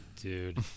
Dude